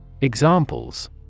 Examples